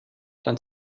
dann